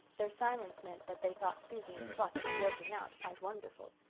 their silence meant that they thought susan's pluck in working out quite wonderful.